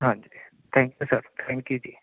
ਹਾਂਜੀ thank you sir thank you ਜੀ